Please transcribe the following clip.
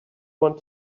want